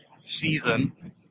season